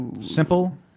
Simple